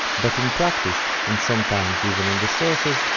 but in practice, and sometimes even in the sources,